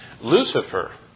Lucifer